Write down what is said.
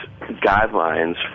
guidelines